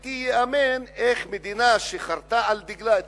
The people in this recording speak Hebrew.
בלתי ייאמן איך מדינה שחרתה על דגלה את